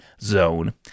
zone